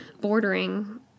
bordering